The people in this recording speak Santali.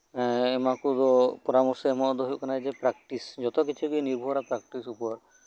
ᱮᱫ ᱩᱱᱠᱩ ᱯᱚᱨᱟᱢᱚᱨᱥᱚ ᱮᱢᱚᱜ ᱦᱳᱭᱳᱜ ᱠᱟᱱᱟ ᱡᱮ ᱯᱨᱟᱠᱴᱤᱥ ᱡᱚᱛᱚᱠᱤᱪᱷᱩ ᱜᱮ ᱱᱤᱨᱵᱷᱚᱨᱟ ᱯᱨᱮᱠᱴᱤᱥ ᱩᱯᱚᱨ